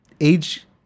age